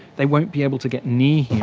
they won't be able to get near him.